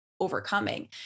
overcoming